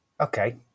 okay